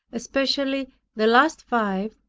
especially the last five,